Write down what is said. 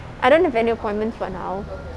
I don't have any appointments for now